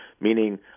meaning